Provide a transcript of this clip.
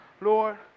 Lord